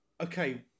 okay